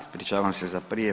Ispričavam se za prije.